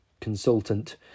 consultant